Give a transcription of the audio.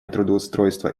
трудоустройства